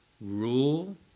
rule